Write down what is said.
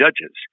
judges